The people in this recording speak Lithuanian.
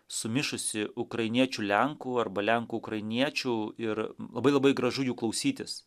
sumišusi ukrainiečių lenkų arba lenkų ukrainiečių ir labai labai gražu jų klausytis